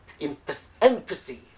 empathy